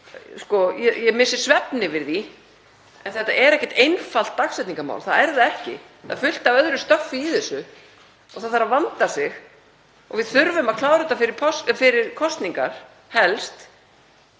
ég missi svefn yfir því. En þetta er ekkert einfalt dagsetningarmál. Það er það ekki. Það er fullt af öðru stöffi í þessu. Það þarf að vanda sig og við þurfum að klára þetta fyrir páska, fyrir